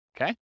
Okay